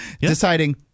deciding